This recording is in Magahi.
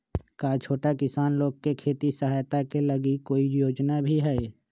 का छोटा किसान लोग के खेती सहायता के लगी कोई योजना भी हई?